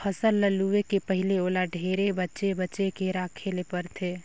फसल ल लूए के पहिले ओला ढेरे बचे बचे के राखे ले परथे